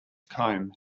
comb